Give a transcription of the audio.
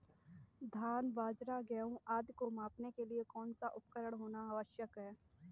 धान बाजरा गेहूँ आदि को मापने के लिए कौन सा उपकरण होना आवश्यक है?